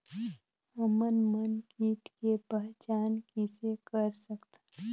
हमन मन कीट के पहचान किसे कर सकथन?